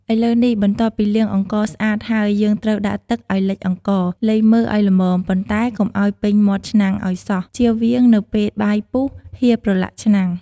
ឥឡូវនេះ បន្ទាប់ពីលាងអង្ករស្អាតហើយ យើងត្រូវដាក់ទឹកឱ្យលិចអង្ករ លៃមើលឱ្យល្មម ប៉ុន្តែកុំឱ្យពេញមាត់ឆ្នាំងឱ្យសោះ ជៀសវាង នៅពេលបាយពុះ ហៀរប្រឡាក់ឆ្នាំង។